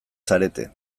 zarete